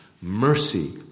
mercy